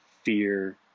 Fear